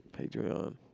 Patreon